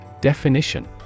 Definition